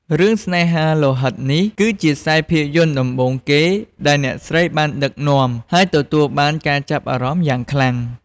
រឿង ស្នេហាលោហិតនេះគឺជាខ្សែភាពយន្តដំបូងគេដែលអ្នកស្រីបានដឹកនាំ ហើយទទួលបានការចាប់អារម្មណ៍យ៉ាងខ្លាំង។